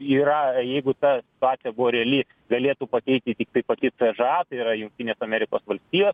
yra jeigu ta situacija buvo reali galėtų pateikti tiktai pati c ž a tai yra jungtinės amerikos valstijos